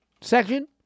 section